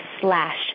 slash